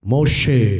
Moshe